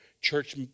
church